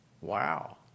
Wow